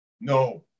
No